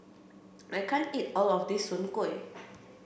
I can't eat all of this Soon Kueh